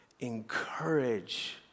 Encourage